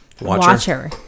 watcher